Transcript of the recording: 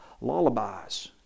lullabies